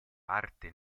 parte